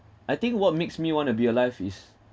I think what makes me want to be alive is